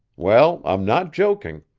well, i'm not joking.